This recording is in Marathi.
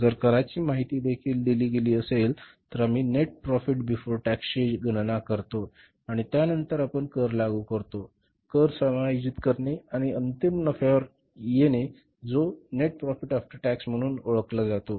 जर कराची माहिती देखील दिली गेली असेल तर आम्ही नेट प्रॉफिट बिफोर टॅक्स ची गणना करतो आणि त्या नंतर आपण कर लागू करतो कर समायोजित करतो आणि आपण अंतिम नफ्यावर येतो जो नेट प्रोफिट आफ्टर टॅक्स म्हणून ओळखला जातो